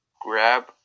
grab